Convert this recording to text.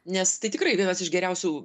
nes tai tikrai vienas iš geriausių